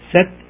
Set